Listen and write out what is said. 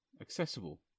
accessible